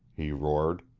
he roared.